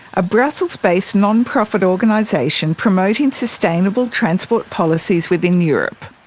a brussels-based non-profit organisation promoting sustainable transport policies within europe.